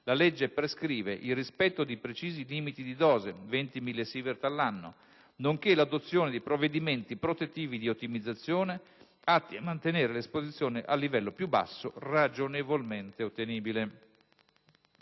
la legge prescrive il rispetto di precisi limiti di dose (20 milliSievert all'anno), nonché l'adozione di provvedimenti protettivi di ottimizzazione atti a mantenere l'esposizione «al livello più basso ragionevolmente ottenibile».